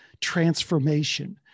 transformation